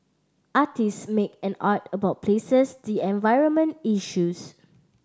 artist make an art about places the environment issues